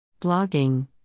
Blogging